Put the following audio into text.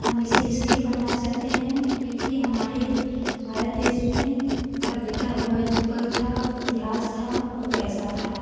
हम इसे इसलिए पढ़ना चाहते हैं क्योंकि हमारे भारत देश में का बीता हुआ जो कल था इतिहास था वो कैसा था